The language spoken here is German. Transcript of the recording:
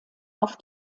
auf